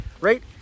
right